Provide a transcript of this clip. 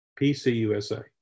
PCUSA